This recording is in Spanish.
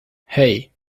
hey